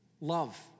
love